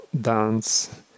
dance